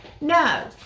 no